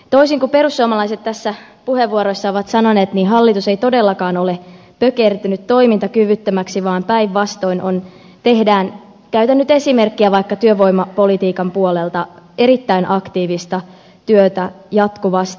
toisin kuin perussuomalaiset puheenvuoroissaan ovat sanoneet hallitus ei todellakaan ole pökertynyt toimintakyvyttömäksi vaan päinvastoin tehdään käytän nyt esimerkkiä vaikka työvoimapolitiikan puolelta erittäin aktiivista työtä jatkuvasti